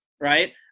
right